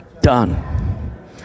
Done